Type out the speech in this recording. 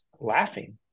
laughing